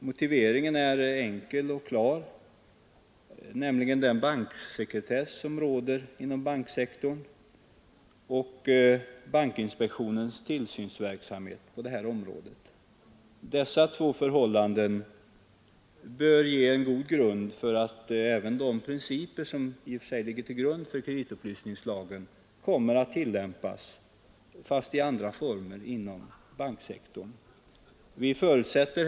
Motiveringen är enkel och klar, nämligen den banksekretess som gäller inom banksektorn jämte bankinspektionens tillsynsverksamhet på detta område. Dessa två förhållanden bör medverka till att de principer som ligger till grund för kreditupplysningslagen kommer att tillämpas även inom banksektorn fastän i andra former.